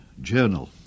journal